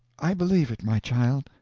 i believe it, my child.